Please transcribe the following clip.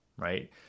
right